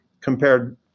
compared